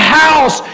house